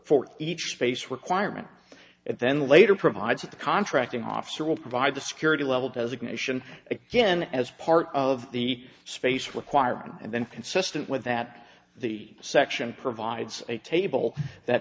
for each space requirement and then later provides the contracting officer will provide the security level designation again as part of the space requirement and then consistent with that the section provides a table that